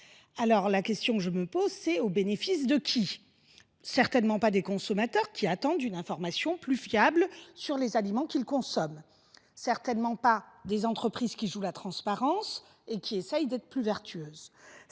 donc : un blocage au bénéfice de qui ? Certainement pas des consommateurs, qui attendent une information plus fiable sur les aliments qu’ils consomment. Certainement pas non plus des entreprises qui jouent la transparence et qui essaient d’être plus vertueuses.